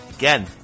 Again